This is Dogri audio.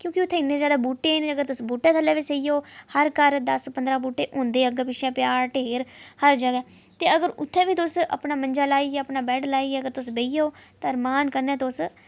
क्योंकि उत्थैं इनें जैदा बूह्टे न अगर तुस बूह्टे थल्ले बी सेई जाओ हर घर दस पंदरां बूह्टे होंदे अग्गे पिछे पचाड़ टेर हर जगह ते अगर उत्थैं बी तुस अपना मंजा लाईयै अपना बैड लाईयै अगर तुस बेही जाओ ते अपने रमान कन्नै तुस